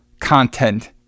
content